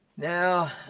Now